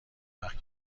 وقت